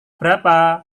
berapa